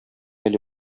әле